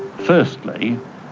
firstly,